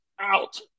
out